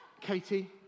Katie